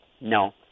no